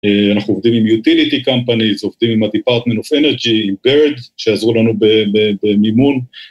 אנחנו עובדים עם utility companies, עובדים עם ה־department of energy, עם בירד שעזרו לנו במימון.